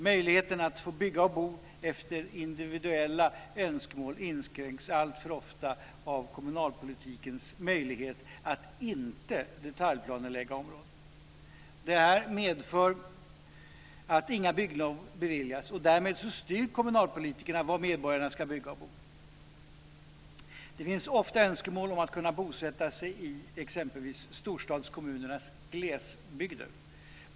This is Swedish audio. Möjligheten att få bygga och bo efter individuella önskemål inskränks alltför ofta av kommunalpolitikens möjlighet att inte detaljplanelägga områden. Detta medför att inga bygglov beviljas, och därmed styr kommunalpolitikerna var medborgarna ska bygga och bo. Människor har ofta önskemål om att kunna bosätta sig i t.ex. storstadskommunernas glesbygder.